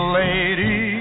lady